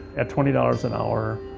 at twenty dollars an hour,